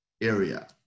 area